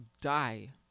die